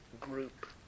group